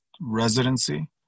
residency